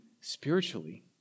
spiritually